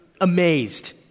Amazed